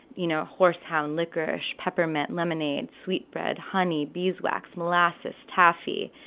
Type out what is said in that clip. you know, horse hound, licorice, peppermint lemonade, sweet bread, honey beeswax, molasses taffy.